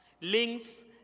links